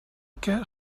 què